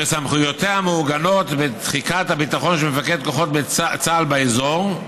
שסמכויותיה מעוגנות בתחיקת הביטחון של מפקד כוחות צה"ל באזור,